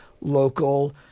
local